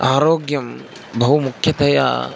आरोग्यं बहु मुख्यतया